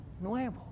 nuevo